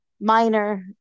minor